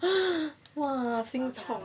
!wah! 心痛